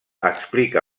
explica